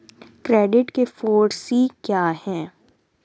Credit के फॉर सी क्या हैं?